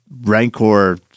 rancor